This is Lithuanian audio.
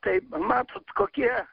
tai matot kokie